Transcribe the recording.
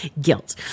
guilt